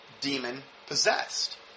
demon-possessed